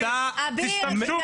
תשתמשו בהם.